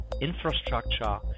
infrastructure